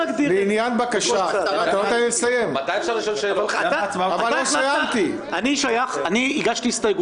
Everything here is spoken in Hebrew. בנוסף, תתקיים הצבעה על כל הסתייגות שהגיש חבר